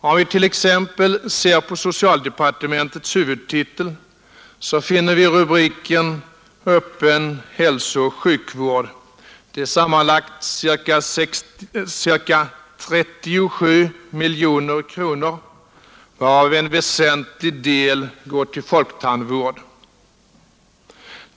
Om vi t.ex. ser på socialdepartementets huvudtitel, finner vi rubriken Öppen hälsooch sjukvård. Det är sammanlagt ca 37 miljoner kronor, varav en väsentlig del går till folktandvård.